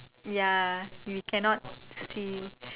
ya we cannot see